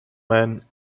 man